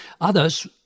Others